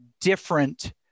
different